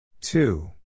two